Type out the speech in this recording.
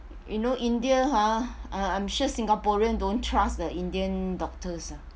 you know india ha I'm sure singaporean don't trust the indian doctors ah